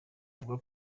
avuga